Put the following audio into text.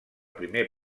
primer